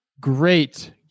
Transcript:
Great